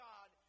God